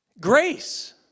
Grace